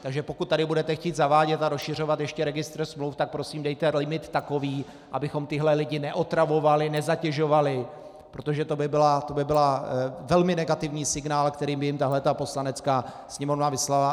Takže pokud tady budete chtít zavádět a rozšiřovat ještě registr smluv, tak prosím dejte limit takový, abychom tyhle lidi neotravovali, nezatěžovali, protože to by byl velmi negativní signál, který by jim tato Poslanecká sněmovna vyslala.